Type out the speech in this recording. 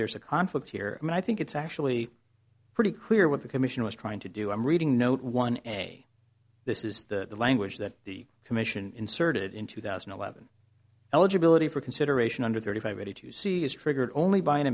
there's a conflict here and i think it's actually pretty clear what the commission was trying to do i'm reading no one this is the language that the commission inserted in two thousand and eleven eligibility for consideration under thirty five ready to see is triggered only by an